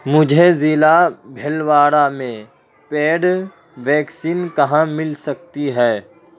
مجھے ضلع بھیلواڑہ میں پیڈ ویکسین کہاں مل سکتی ہے